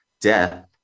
death